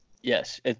Yes